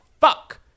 fuck